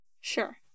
Sure